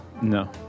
No